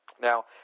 Now